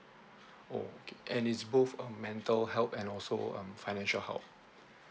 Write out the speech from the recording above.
oh okay and it's both a mental help and also um financial help